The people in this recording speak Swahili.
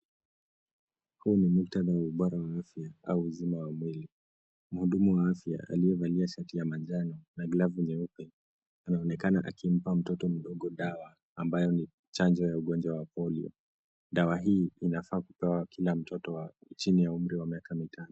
Huu ni muktadha wa ubao mweusi au uzima wa mwili. Mhudumu wa afya aliyevalia shati ya manjano na glavu nyeupe, anaonekana akimpa mtoto mdogo dawa, ambayo ni chanjo ya ugonjwa wa polio. Dawa hii inafaa kupewa kila mtoto wa chini ya umri wa miaka mitano.